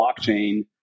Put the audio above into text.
blockchain